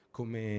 Come